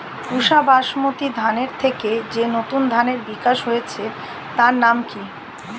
পুসা বাসমতি ধানের থেকে যে নতুন ধানের বিকাশ হয়েছে তার নাম কি?